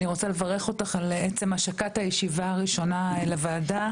אני רוצה לברך אותך על עצם השקת הישיבה הראשונה לוועדה.